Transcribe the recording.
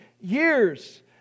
years